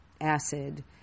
acid